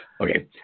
Okay